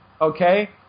okay